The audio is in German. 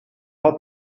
hat